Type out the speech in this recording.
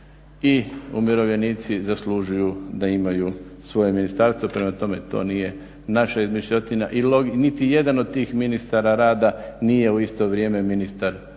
i umirovljenici zaslužuju da imaju svoje ministarstvo. Prema tome to nije naša izmišljotina i niti jedan od tih ministara rada nije u isto vrijeme ministar